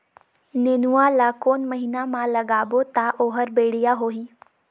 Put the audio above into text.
नेनुआ ला कोन महीना मा लगाबो ता ओहार बेडिया होही?